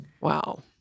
Wow